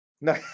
No